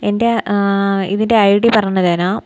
എൻ്റെ ഇതിൻ്റെ I D പറഞ്ഞുതരാം